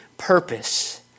purpose